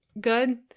good